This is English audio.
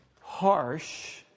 harsh